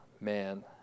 man